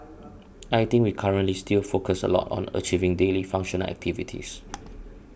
I think we currently still focus a lot on achieving daily functional activities